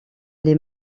les